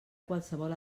qualsevol